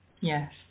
yes